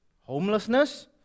homelessness